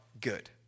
good